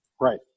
Right